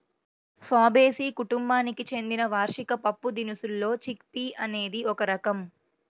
Fabaceae కుటుంబానికి చెందిన వార్షిక పప్పుదినుసుల్లో చిక్ పీ అనేది ఒక రకం